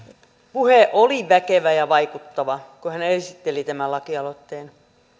puhe oli väkevä ja vaikuttava kun hän esitteli tämän lakialoitteen